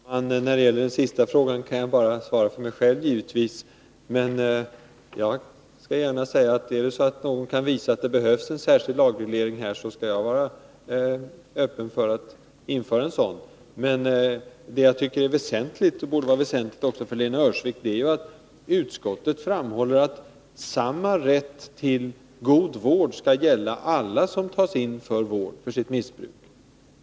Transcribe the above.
Fru talman! När det gäller den sista frågan kan jag givetvis bara svara för mig själv. Jag skall gärna säga att om någon kan visa att det behövs en särskild lagreglering, så skall jag vara öppen för att stödja ett sådant förslag. Det som jag tycker är väsentligt, och som borde vara väsentligt även för Lena Öhrsvik, är att samma rätt till god vård skall gälla alla som tas in för sitt missbruk.